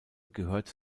gehört